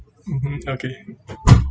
mmhmm okay